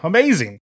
Amazing